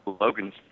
Logan's